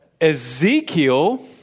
Ezekiel